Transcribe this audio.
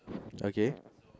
okay